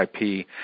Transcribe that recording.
IP